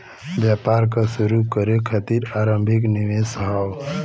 व्यापार क शुरू करे खातिर आरम्भिक निवेश हौ